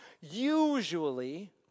usually